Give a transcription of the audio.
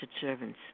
servants